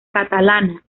catalana